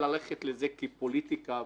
של ללכת לזה כפוליטיקה,